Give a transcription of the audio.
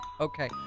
Okay